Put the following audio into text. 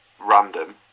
random